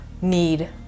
need